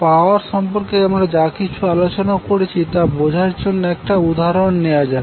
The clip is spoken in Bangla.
পাওয়ার সম্পর্কে আমরা যা কিছু আলোচনা করেছি তা বোঝার জন্য একটা উদাহরন নেওয়া যাক